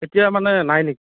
এতিয়া মানে নাই নেকি